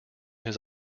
his